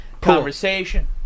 conversation